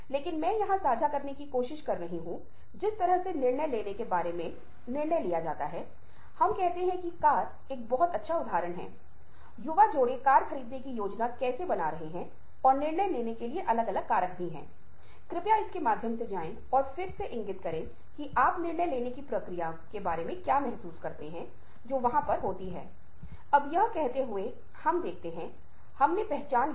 हम जानकारी को सुन रहे हैं ताकि तथ्यों पर विचार किया जा सके इस प्रक्रिया में हम कुछ निकायों के विचारों और विश्वासों के बारे में सुन रहे हैं जो उस व्यक्ति के दृष्टिकोण के बारे में बताएगा उदाहरण के लिए मुझे 1 और आधे घंटे सुनने के बाद आपको इस बारे में कुछ पता चल जाता है कि मैं किस तरह से विश्वास करता हूं यहां तक कि इस दिए गए छोटे संदर्भ या संचार के भीतर भी आपको मेरी सोच पता लग जाएगी